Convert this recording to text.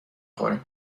خوره